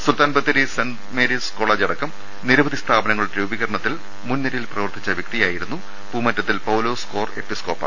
Sultan Bathery saint Mary's college അടക്കം നിരവധി സ്ഥാപനങ്ങളുടെ രൂപീകരണ ത്തിന് മുൻനിരയിൽ പ്രവർത്തിച്ച വൃക്തിയായിരുന്നു പൂമറ്റത്തിൽ പൌലോസ് കോർ എപ്പിസ്കോപ്പ